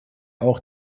auch